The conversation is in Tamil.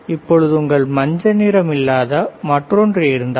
இப்பொழுது உங்களிடம் மஞ்சள் நிறம் இல்லாத மற்றொன்று இருந்தால்